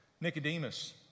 Nicodemus